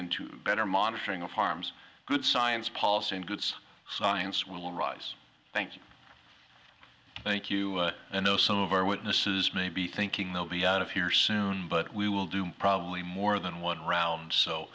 into better monitoring of harms good science policy and goods science will rise thank you thank you and though some of our witnesses may be thinking they'll be out of here soon but we will do probably more than one round so